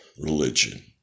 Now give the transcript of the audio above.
religion